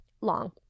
long